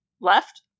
left